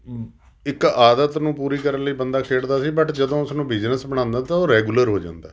ਇੱਕ ਆਦਤ ਨੂੰ ਪੂਰੀ ਕਰਨ ਲਈ ਬੰਦਾ ਖੇਡਦਾ ਸੀ ਬਟ ਜਦੋਂ ਉਸਨੂੰ ਬਿਜਨਸ ਬਣਾਉਂਦਾ ਤਾਂ ਉਹ ਰੈਗੂਲਰ ਹੋ ਜਾਂਦਾ